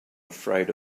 afraid